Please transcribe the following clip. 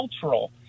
cultural